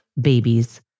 babies